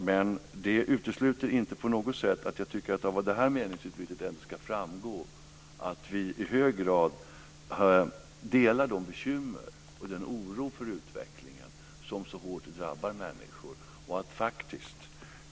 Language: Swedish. Men det utesluter inte på något sätt att jag tycker att det av det här meningsutbytet ändå ska framgå att vi i hög grad delar de bekymmer och den oro för utvecklingen som så hårt drabbar människor.